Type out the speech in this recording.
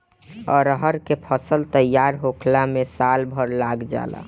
अरहर के फसल तईयार होखला में साल भर लाग जाला